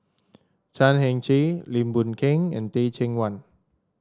Chan Heng Chee Lim Boon Keng and Teh Cheang Wan